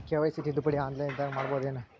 KYC ತಿದ್ದುಪಡಿ ಆನ್ಲೈನದಾಗ್ ಮಾಡ್ಬಹುದೇನು?